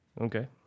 Okay